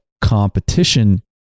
competition